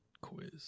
quiz